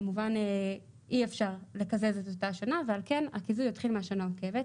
כמובן אי אפשר לקזז את אותה שנה ועל כן הקיזוז יתחיל מהשנה העוקבת,